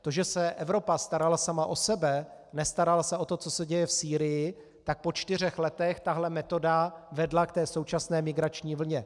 To, že se Evropa starala sama o sebe, nestarala se o to, co se děje v Sýrii, tak po čtyřech letech tahle metoda vedla k současné migrační vlně.